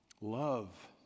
love